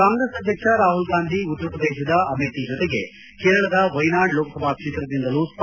ಕಾಂಗ್ರೆಸ್ ಅಧ್ಯಕ್ಷ ರಾಹುಲ್ ಗಾಂಧಿ ಉತ್ತರ ಪ್ರದೇಶದ ಅಮೇಥಿ ಜೊತೆಗೆ ಕೇರಳದ ವೈನಾಡ್ ಲೋಕಸಭಾ ಕ್ಷೇತ್ರದಿಂದಲೂ ಸ್ಪರ್ಧೆ